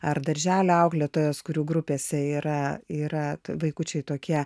ar darželio auklėtojos kurių grupėse yra yra vaikučiai tokie